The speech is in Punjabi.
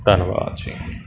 ਧੰਨਵਾਦ ਜੀ